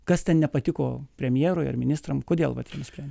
kas ten nepatiko premjerui ar ministram kodėl vat principe